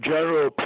General